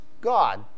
God